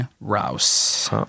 Rouse